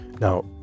now